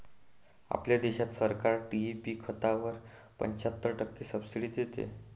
आपल्या देशात सरकार डी.ए.पी खतावर पंच्याहत्तर टक्के सब्सिडी देते